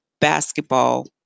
basketball